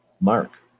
Mark